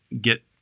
get –